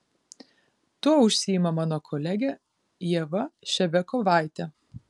tuo užsiima mano kolegė ieva ševiakovaitė